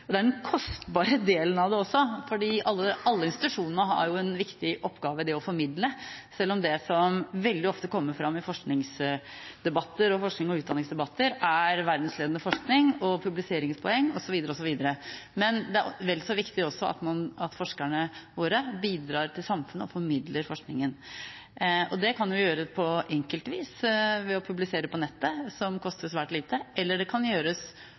universitetene – og den kostbare delen av det – for alle institusjonene har en viktig oppgave i det å formidle, selv om det som veldig ofte kommer fram i forskingsdebatter og forsknings- og utdanningsdebatter, er verdensledende forskning og publiseringspoeng. Men det er vel så viktig at forskerne våre bidrar til samfunnet og formidler forskningen. Det kan gjøres på enkelt vis ved å publisere på nettet, som koster svært lite, eller det kan gjøres